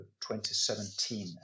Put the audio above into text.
2017